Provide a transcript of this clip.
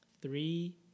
three